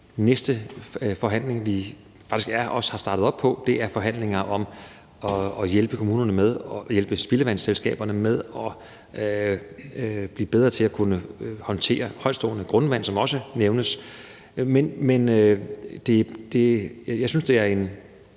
næste forhandlinger, som vi faktisk også har startet op på, forhandlinger om at hjælpe kommunerne og spildevandsselskaberne med at blive bedre til at kunne håndtere højtstående grundvand, som det også nævnes. Men jeg synes, det er en